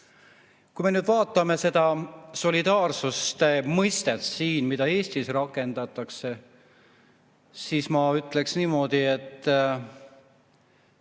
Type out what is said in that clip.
Kui me vaatame seda solidaarsuse mõistet, mida Eestis rakendatakse, siis ma ütleksin niimoodi, et